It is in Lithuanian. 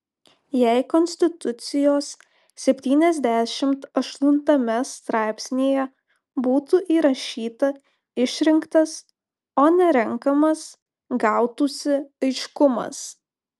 jei konstitucijos septyniasdešimt aštuntame straipsnyje būtų įrašyta išrinktas o ne renkamas gautųsi aiškumas